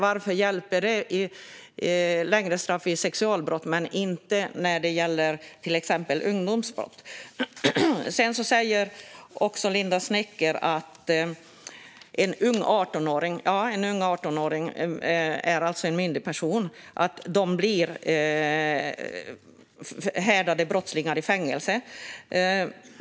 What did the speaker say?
Varför hjälper längre straff vid sexualbrott men inte vid ungdomsbrott? Linda Snecker säger att 18-åringar, som alltså är myndiga, blir förhärdade brottslingar i fängelset.